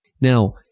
Now